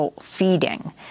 feeding